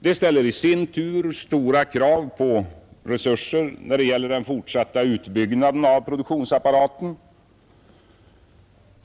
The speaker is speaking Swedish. Detta ställer i sin tur stora krav på resurser när det gäller den fortsatta utbyggnaden av produktionsapparaten.